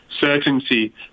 certainty